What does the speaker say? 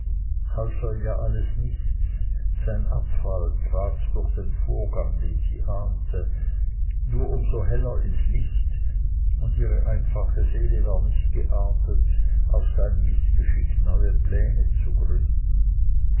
ja alles nichts sein abfall trat durch den vorgang den sie ahnte nur um so heller ins licht und ihre einfache seele war nicht geartet auf sein mißgeschick neue pläne zu gründen